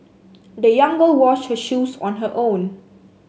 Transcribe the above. the young girl washed her shoes on her own